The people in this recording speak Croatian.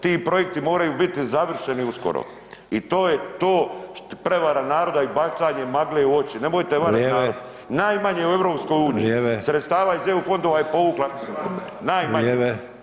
Ti projekti moraju biti završeni uskoro i to je to, prevara naroda i bacanje magle u oči, nemojte varati narod [[Upadica: Vrijeme.]] najmanje u EU sredstava [[Upadica: Vrijeme.]] iz EU fondova je povukla ... [[Govornik se ne čuje.]] najmanje.